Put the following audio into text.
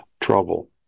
trouble